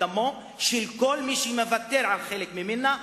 את דמו של כל מי שמוותר על חלק ממנה,